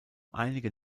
einige